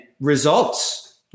results